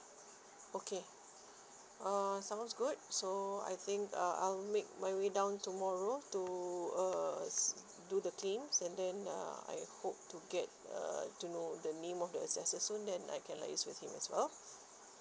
okay uh sounds good so I think uh I'll make my way down tomorrow to uh s~ do the claims and then uh I hope to get uh to know the name of the accessor soon then I can liaise with him as well